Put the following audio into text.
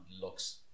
looks